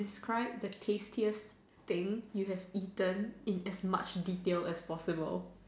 describe the tastiest thing you have eaten in as much detail as possible